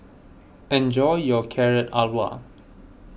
enjoy your Carrot Halwa